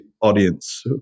audience